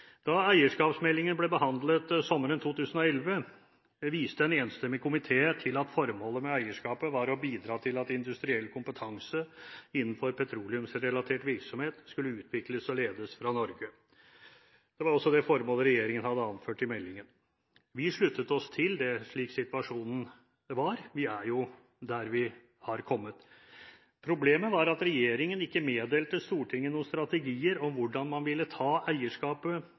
Da eierskapsmeldingen ble behandlet sommeren 2011, viste en enstemmig komité til at formålet med eierskapet var å bidra til at industriell kompetanse innenfor petroleumsrelatert virksomhet skulle utvikles og ledes fra Norge. Det var også det formålet regjeringen hadde anført i meldingen. Vi sluttet oss til det slik situasjonen var. Vi er jo der vi har kommet. Problemet var at regjeringen ikke meddelte Stortinget noen strategier om hvordan man ville ta eierskapet